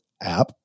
app